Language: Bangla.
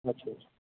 আচ্ছা আচ্ছা